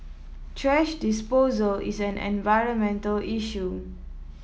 thrash disposal is an environmental issue